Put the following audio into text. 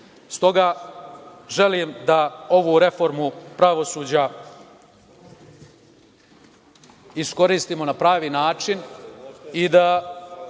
želim da ovu reformu pravosuđa iskoristimo na pravi način i da